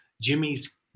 Jimmy's